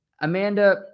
Amanda